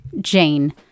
Jane